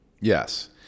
Yes